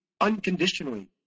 unconditionally